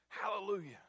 Hallelujah